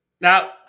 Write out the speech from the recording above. Now